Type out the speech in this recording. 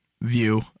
view